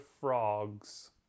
Frogs